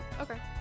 okay